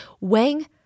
Wang